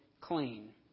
clean